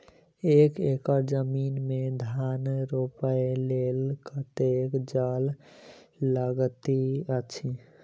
एक एकड़ जमीन मे धान रोपय लेल कतेक जल लागति अछि?